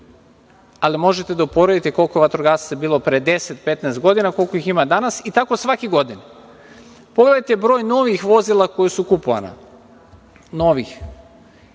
ali možete da uporedite koliko vatrogasaca je bilo pre 10,15 godina, koliko ih ima danas i tako svake godine. Pogledajte broj novih vozila koja su kupovana, novih